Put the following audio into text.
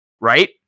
Right